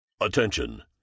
Attention